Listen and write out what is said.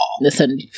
Listen